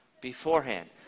beforehand